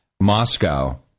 moscow